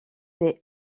des